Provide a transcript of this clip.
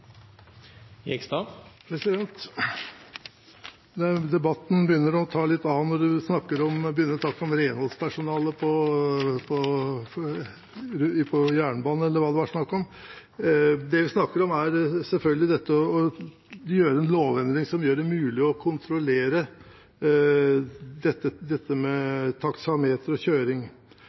Debatten begynner å ta litt av når man begynner å snakke om renholdspersonalet på jernbanen, eller hva det var snakk om. Det vi snakker om, er selvfølgelig dette å gjøre en lovendring som gjør det mulig å kontrollere dette med taksameter og kjøring.